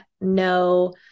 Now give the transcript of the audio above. no